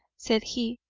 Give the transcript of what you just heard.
said he.